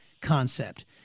concept